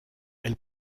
elle